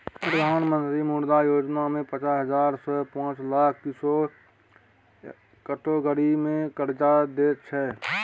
प्रधानमंत्री मुद्रा योजना मे पचास हजार सँ पाँच लाख किशोर कैटेगरी मे करजा दैत छै